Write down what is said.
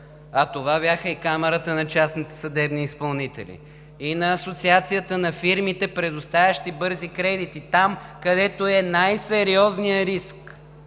а това бяха и Камарата на частните съдебни изпълнители, и на Асоциацията на фирмите, предоставящи бързи кредити – там, където е най-сериозният риск.